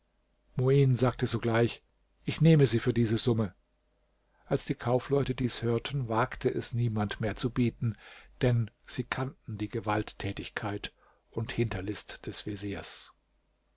muin sagte sogleich ich nehme sie für diese summe als die kaufleute dies hörten wagte es niemand mehr zu bieten denn sie kannten die gewalttätigkeit und hinterlist des veziers